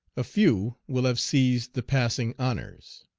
a few will have seized the passing honors.